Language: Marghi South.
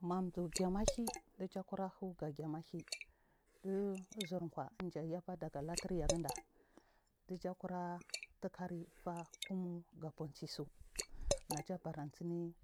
Mduh ghamagi dijakura huga ghamagi u’uzur kwa’a inja yaba daga latur yaginda dijakira tukari faah kumu gakunsisu najabaransini